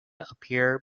appear